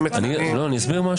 אסביר.